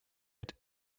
had